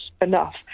enough